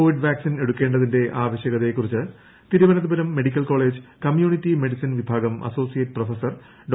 Covid vaccine എടുക്കേണ്ടതിന്റെ ആവശ്യകതയെക്കുറിച്ച് Thiruvananthapuram medical college community medicine വിഭാഗം അസോസിയേറ്റ് പ്രൊഫസർ ഡോ